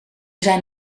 zijn